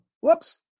whoops